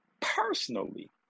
personally